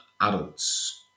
adults